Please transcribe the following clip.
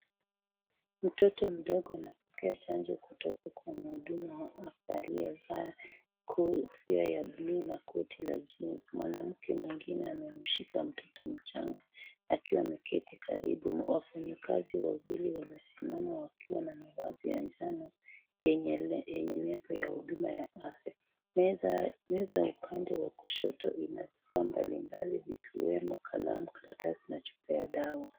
Mtoto mdogo anapokea chanjo kutoka kwa mhudumu wa afya aliyevaa kofia ya buluu na koti la jeans . Mwanamke mwengine amemshika mtoto mchanga akiwa ameketi karibu. Wafanyakazi wawili wamesimama wakiwa na mavazi ya njano yenye nembo ya huduma ya afya. Meza ya upande wa kushoto ina vifaa mbalimbali zikiwemo kalamu, karatasi na chupa ya dawa.